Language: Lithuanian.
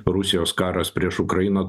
rusijos karas prieš ukrainą